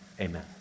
amen